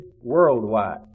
worldwide